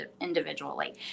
individually